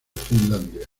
finlandia